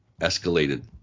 escalated